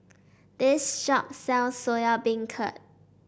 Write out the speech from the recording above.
this shop sells Soya Beancurd